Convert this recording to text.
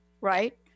right